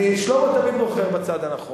שלמה תמיד בוחר בצד הנכון.